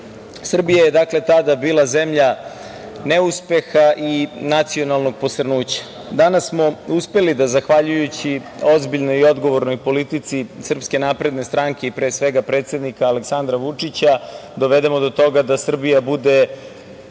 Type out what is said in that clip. Srbija je dakle tada bila zemlja neuspeha i nacionalnog posrnuća. Danas smo uspeli da zahvaljujući ozbiljnoj i odgovornoj politici SNS, a pre svega predsednika, Aleksandra Vučića dovedemo do toga da Srbija bude